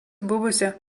buvusio